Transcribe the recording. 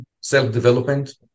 self-development